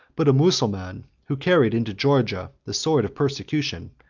but a mussulman, who carried into georgia the sword of persecution,